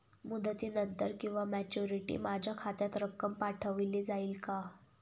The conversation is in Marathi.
मुदतीनंतर किंवा मॅच्युरिटी माझ्या खात्यात रक्कम पाठवली जाईल का?